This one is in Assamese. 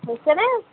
হৈছেনে